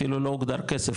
אפילו לא הוגדר כסף,